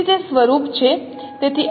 તેથી તે સ્વરૂપ છે